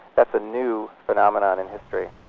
that's a new phenomenon in history.